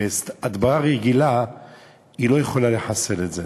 והדברה רגילה לא יכולה לחסל את זה.